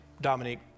Dominique